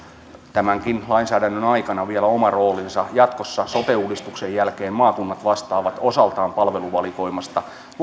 tämänkin lainsäädännön aikana vielä oma roolinsa jatkossa sote uudistuksen jälkeen maakunnat vastaavat osaltaan palveluvalikoimasta